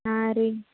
ಹಾಂ ರೀ